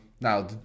Now